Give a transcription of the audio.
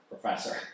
professor